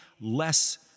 less